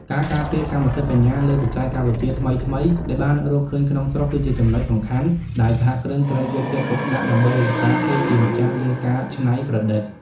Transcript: ការការពារ "កម្មសិទ្ធិបញ្ញា" លើបច្ចេកវិទ្យាថ្មីៗដែលបានរកឃើញក្នុងស្រុក គឺជាចំណុចសំខាន់ដែលសហគ្រិនត្រូវយកចិត្តទុកដាក់ដើម្បីរក្សាភាពជាម្ចាស់លើការច្នៃប្រឌិត។